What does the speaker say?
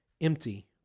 empty